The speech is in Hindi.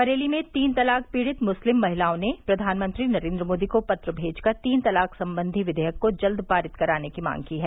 बरेली में तीन तलाक पीड़ित मुस्लिम महिलाओं ने प्रधानमंत्री नरेन्द्र मोदी को पत्र भेजकर तीन तलाक सम्बन्धी विधेयक को जल्द पारित कराने की मांग की है